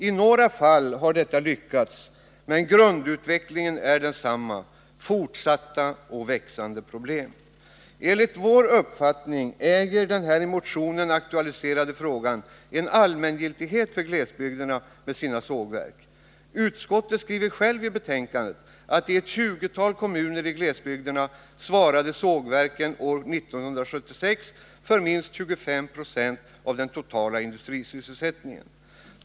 I några fall har detta lyckats, men grundutvecklingen är densamma —- fortsatta och växande problem. Enligt vår uppfattning äger den i motionen aktualiserade frågan en allmängiltighet för glesbygderna med deras sågverk. Utskottet skriver självt i betänkandet att i ett 20-tal kommuner i glesbygderna svarade sågverken år 1976 för minst 25 26 av den totala industrisysselsättningen.